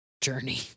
journey